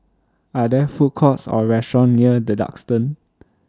Are There Food Courts Or restaurants near The Duxton